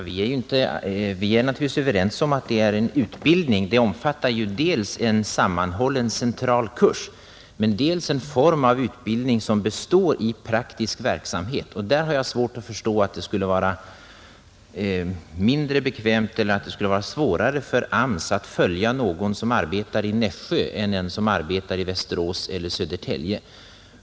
Fru talman! Vi är naturligtvis överens om att detta är en utbildning. Dels är det ju en sammanhållen central kurs, dels är det en form av utbildning som består i praktisk verksamhet, och jag har svårt att förstå att det skulle vara mindre bekvämt för AMS att följa någon som arbetar i Nässjö än en som arbetar i Västerås eller Södertälje.